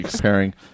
pairing